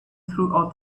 throughout